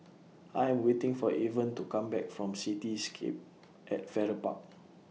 I Am waiting For Evan to Come Back from Cityscape At Farrer Park